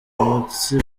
munsi